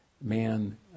man